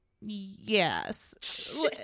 Yes